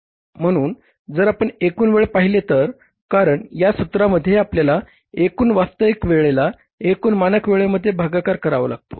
म्हणून जर आपण एकूण वेळ पाहिले तर कारण या सूत्रामध्ये आपल्याला एकूण वास्तविक वेळेला एकूण मानक वेळेमध्ये भागाकार करावा लागतो